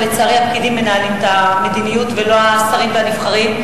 שלצערי הפקידים מנהלים את המדיניות ולא השרים והנבחרים.